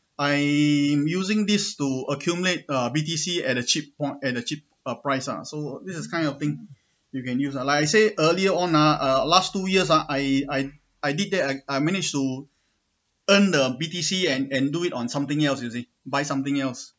I using this to accumulate uh B_T_C at a cheap point at a cheap uh price lah so this is kind of thing you can use like I say earlier on ah uh last two years ah I I I did that and I managed to earn the B_T_C and and do it on something else you see buy something else